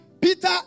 Peter